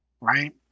Right